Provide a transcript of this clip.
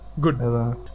Good